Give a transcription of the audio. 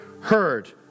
heard